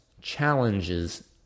challenges